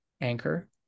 anchor